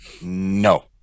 no